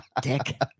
dick